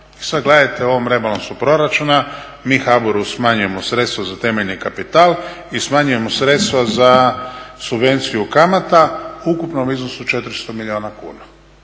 sad gledajte u ovom rebalansu proračuna mi HBOR-u smanjujemo sredstva za temeljni kapital i smanjujemo sredstva za subvenciju kamata u ukupnom iznosu od 400 milijuna kuna.